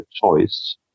choice